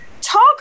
Talk